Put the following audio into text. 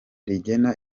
rigena